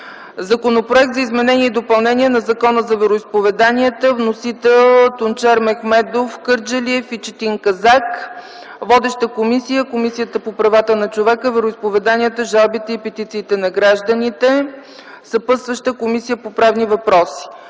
Законопроект за изменение и допълнение на Закона за вероизповеданията. Вносители – Тунчер Кърджалиев и Четин Казак. Водеща – Комисията по правата на човека, вероизповеданията, жалбите и петициите на гражданите. Съпътстваща – Комисията по правни въпроси.